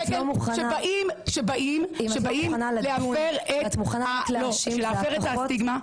שבאים להפר את הסטיגמה.